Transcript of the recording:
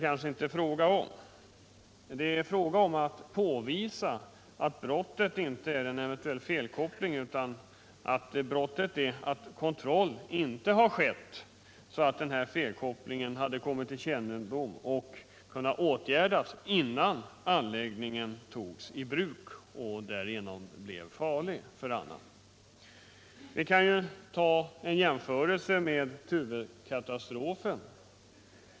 Det är fråga att påvisa att brottet inte är den eventuella felkopplingen utan att brottet är att kontroll inte har skett så att felkopplingen kunnat uppdagas och åtgärdas innan anläggningen tagits i bruk och därigenom blivit farlig för annan. Vi kan jämföra med Tuvekatastrofen.